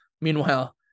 Meanwhile